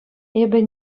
эпӗ